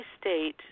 state